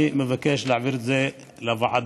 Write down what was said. אני מבקש להעביר את זה לוועדה,